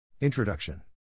Introduction